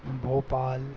Bhopal